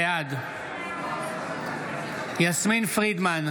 בעד יסמין פרידמן,